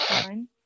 fine